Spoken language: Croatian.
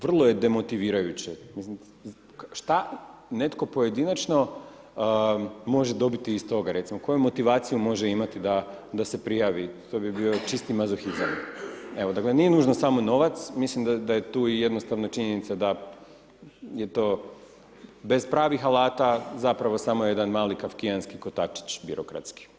Vrlo je demotivirajuće šta netko pojedinačno može dobiti iz toga, recimo koju motivaciju može imati da se prijavi, to bi bio čisti mazohizam, evo dakle nije nužno samo novac, mislim da je tu jednostavno i činjenica da je to bez pravih alata, zapravo samo jedan mali kafkijanski kotačić birokratski.